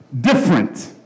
Different